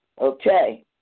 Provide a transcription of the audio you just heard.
Okay